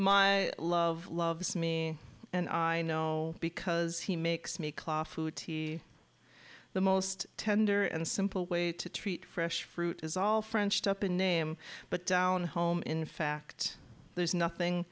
my love loves me and i know because he makes me claw food the most tender and simple way to treat fresh fruit is all frenched up in name but down home in fact there's nothing